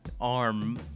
arm